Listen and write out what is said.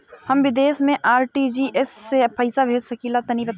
हम विदेस मे आर.टी.जी.एस से पईसा भेज सकिला तनि बताई?